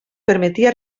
permetia